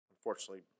unfortunately